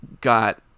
got